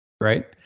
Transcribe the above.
right